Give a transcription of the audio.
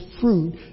fruit